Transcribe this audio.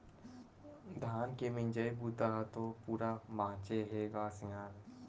धान के मिजई बूता ह तो पूरा बाचे हे ग सियान